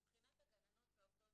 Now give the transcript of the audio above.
מבחינת הגננות והעובדות,